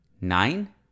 nine